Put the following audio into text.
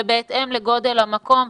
ובהתאם לגודל המקום,